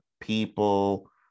people